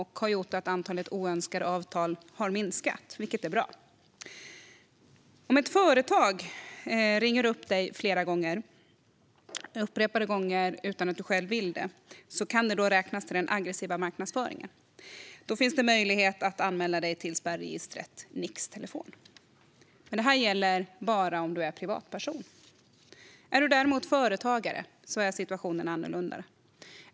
Det har gjort att antalet oönskade avtal har minskat, vilket är bra. Om ett företag ringer upp dig upprepade gånger utan att du själv vill det kan det räknas till den aggressiva marknadsföringen. Då finns det möjlighet för dig att anmäla dig till spärregistret NIX-Telefon. Men det gäller bara om du är privatperson. Är du däremot företagare är situationen annorlunda.